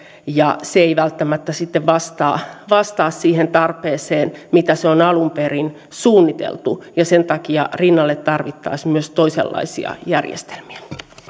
ja se ei välttämättä sitten vastaa vastaa siihen tarpeeseen mihin se on alun perin suunniteltu ja sen takia rinnalle tarvittaisiin myös toisenlaisia järjestelmiä arvoisa puhemies